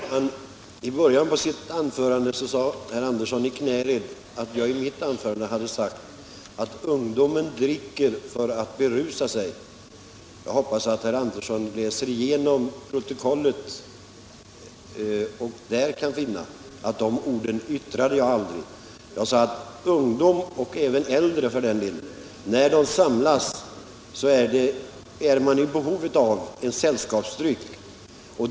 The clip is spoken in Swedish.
Herr talman! I början av sitt anförande sade herr Andersson i Knäred att jag i mitt anförande uttalat att ungdomen dricker för att berusa sig. Jag hoppas att herr Andersson läser protokollet, för där kan han finna att jag aldrig yttrade de orden. Jag sade att när ungdomar, och även äldre för den delen, samlas är de i behov av en sällskapsdryck.